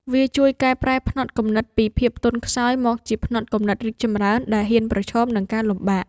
វាជួយកែប្រែផ្នត់គំនិតពីភាពទន់ខ្សោយ មកជាផ្នត់គំនិតរីកចម្រើន ដែលហ៊ានប្រឈមនឹងការលំបាក។